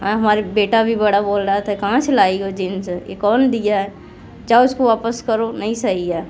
हमारा बेटा भी बड़ा बोल रहा था कहाँ से लाई हो जींस ये कौन दिया जाओ उसको वापस करो नहीं सही है